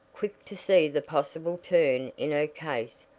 quick to see the possible turn in her case,